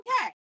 okay